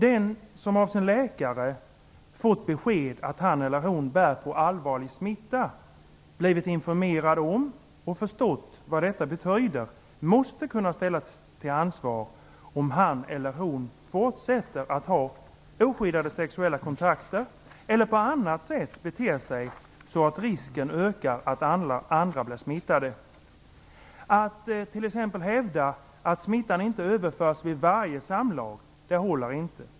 Den som av sin läkare fått beskedet att han eller hon bär på allvarlig smitta, blivit informerad om och förstått vad detta betyder, måste kunna ställas till ansvar om han eller hon fortsätter att ha oskyddade sexuella kontakter eller på annat sätt beter sig så att risken ökar att andra blir smittade. Att t.ex. hävda att smittan inte överförs vid varje samlag håller inte.